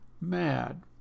mad